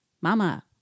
Mama